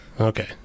okay